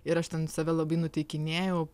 ir aš ten save labai nuteikinėjau